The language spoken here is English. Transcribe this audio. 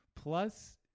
plus